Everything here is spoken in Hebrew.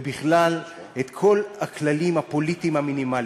ובכלל, את כל הכללים הפוליטיים המינימליים.